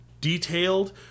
detailed